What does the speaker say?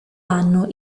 anno